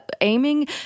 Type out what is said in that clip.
aiming